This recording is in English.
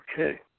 Okay